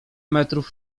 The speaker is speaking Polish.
metrów